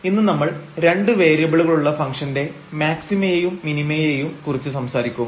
ഇന്ന് നമ്മൾ രണ്ട് വേരിയബിളുകളുള്ള ഫങ്ക്ഷന്റെ മാക്സിമയേയും മിനിമയേയും കുറിച്ച് സംസാരിക്കും